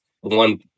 One